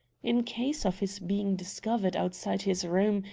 in case of his being discovered outside his room,